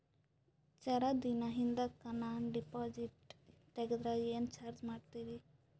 ಜರ ದಿನ ಹಿಂದಕ ನಾ ಡಿಪಾಜಿಟ್ ತಗದ್ರ ಏನ ಚಾರ್ಜ ಮಾಡ್ತೀರಿ?